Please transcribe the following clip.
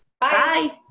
Bye